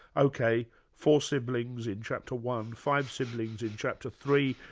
ok, four siblings in chapter one, five siblings in chapter three,